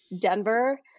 Denver